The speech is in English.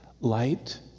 light